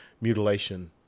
mutilation